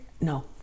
No